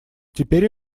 теперь